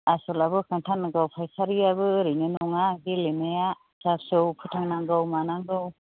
आस'लाबो बोखांथारनांगौ फायखारियाबो ओरैनो नङा गेलेनाया फिसा फिसौ फोथांनांगौ मानांगौ